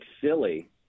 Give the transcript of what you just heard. silly